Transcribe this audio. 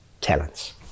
talents